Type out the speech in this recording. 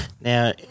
Now